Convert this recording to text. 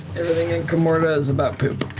everything in kamordah is about poop.